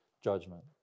judgment